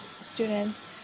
students